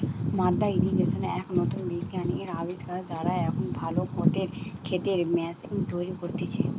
মাদ্দা ইর্রিগেশন এক নতুন বিজ্ঞানের আবিষ্কার, যারা এখন ভালো ক্ষেতের ম্যাশিন তৈরী করতিছে